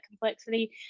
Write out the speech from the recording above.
complexity